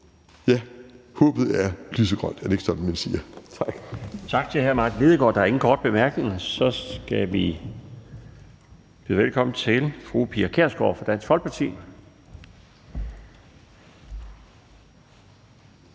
Kl. 17:50 Den fg. formand (Bjarne Laustsen): Tak til hr. Martin Lidegaard. Der er ingen korte bemærkninger. Så skal vi byde velkommen til fru Pia Kjærsgaard fra Dansk Folkeparti.